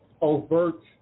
overt